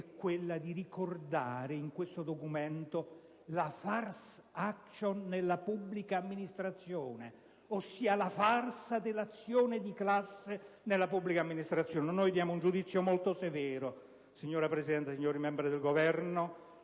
quella di ricordare in questo documento la "*farce action*" nella pubblica amministrazione, ossia la farsa dell'azione di classe nella pubblica amministrazione. Noi diamo un giudizio molto severo, signora Presidente, signori membri del Governo,